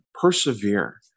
Persevere